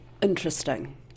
interesting